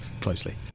closely